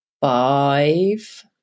five